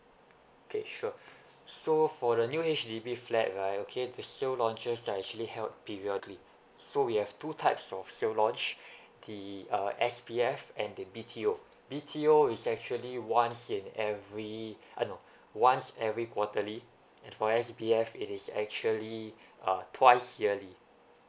okay sure so for the new H_D_B flat right okay the sale launches they're actually held periodically so we have two types of sale launch the uh S_B_F and the B_T_O B_T_O is actually once in every uh no once every quarterly and for S_B_F it is actually uh twice yearly